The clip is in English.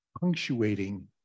punctuating